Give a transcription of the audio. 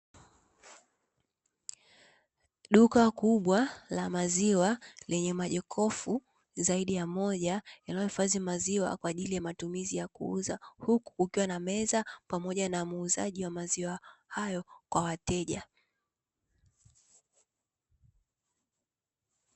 Duka kubwa la maziwa lenye majokofu zaidi ya moja yanayohifadhi maziwa kwa ajili ya matumizi ya kuuza, huku kukiwa na meza pamoja na muuzaji wa maziwa hayo kwa wateja.